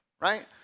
right